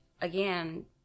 again